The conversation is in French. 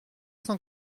cent